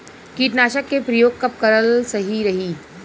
कीटनाशक के प्रयोग कब कराल सही रही?